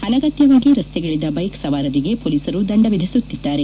ಅನಗತ್ತವಾಗಿ ರಸ್ನೆಗಳಿದ ಬೈಕ್ ಸವಾರರಿಗೆ ಪೋಲಿಸರು ದಂಡ ವಿಧಿಸುತ್ತಿದ್ದಾರೆ